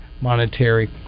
monetary